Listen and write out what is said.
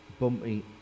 bumpy